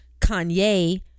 Kanye